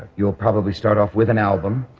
you'll probably start off with an album.